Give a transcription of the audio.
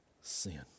sin